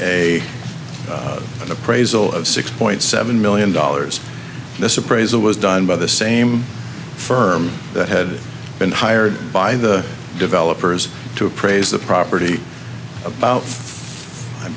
received a appraisal of six point seven million dollars this appraisal was done by the same firm that had been hired by the developers to appraise the property about i